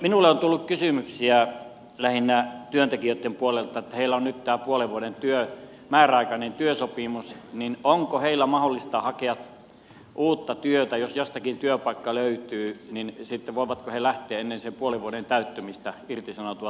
minulle on tullut sellaisia kysymyksiä lähinnä työntekijöitten puolelta että kun heillä on nyt tämä puolen vuoden määräaikainen työsopimus niin onko heidän mahdollista hakea uutta työtä jos jostakin työpaikka löytyy eli voivatko he lähteä ennen sen puolen vuoden täyttymistä irtisanoutua tehtävästä